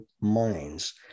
minds